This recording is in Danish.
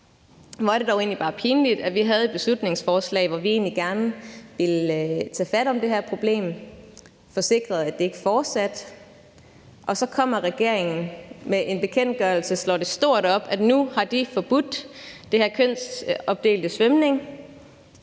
det egentlig bare pinligt, at vi havde et beslutningsforslag, hvor vi egentlig gerne ville tage fat om det her problem, få sikret, at det ikke fortsatte, og så kommer regeringen med en bekendtgørelse og slår det stort op, at nu har de forbudt det her kønsopdelte svømning.